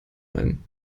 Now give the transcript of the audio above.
ein